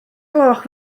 gloch